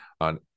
on